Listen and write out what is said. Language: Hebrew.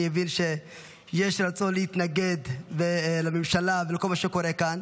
אני מבין שיש רצון להתנגד לממשלה ולכל מה שקורה כאן,